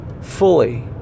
fully